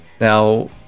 now